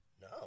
no